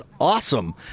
awesome